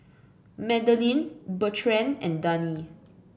Madelene Bertrand and Dani